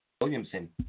Williamson